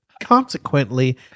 Consequently